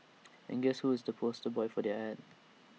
and guess who is the poster boy for their Ad